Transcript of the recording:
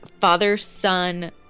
father-son